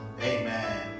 Amen